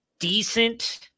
decent